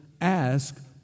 ask